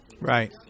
Right